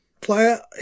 player